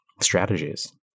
strategies